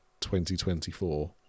2024